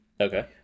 Okay